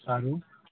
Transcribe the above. સારું